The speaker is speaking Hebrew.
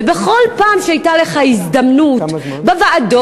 ובכל פעם שיש לך הזדמנות בוועדות,